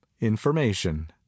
information